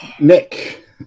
Nick